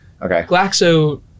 Glaxo